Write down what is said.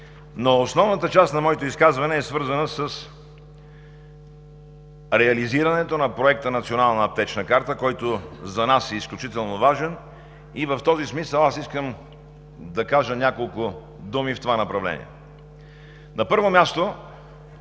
Основната част на моето изказване е свързана с реализирането на проекта „Национална аптечна карта“, който за нас е изключително важен. В този смисъл аз искам да кажа няколко думи в това направление. На първо място,